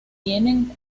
tienen